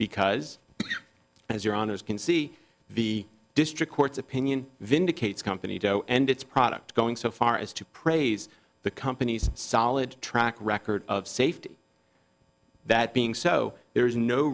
because as your honour's can see the district court's opinion vindicates company dough and its product going so far as to praise the company's solid track record of safety that being so there is no